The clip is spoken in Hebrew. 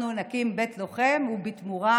אנחנו נקים בית לוחם ובתמורה,